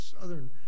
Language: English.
southern